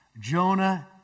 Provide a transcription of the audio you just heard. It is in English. Jonah